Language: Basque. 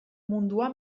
mundua